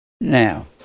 Now